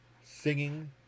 singing